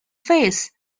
face